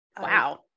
Wow